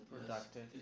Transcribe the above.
productive